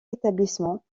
établissement